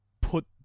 put